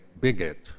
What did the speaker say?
bigot